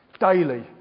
Daily